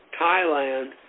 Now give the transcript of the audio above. thailand